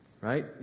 Right